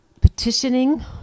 petitioning